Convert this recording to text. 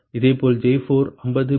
இதேபோல் J4 50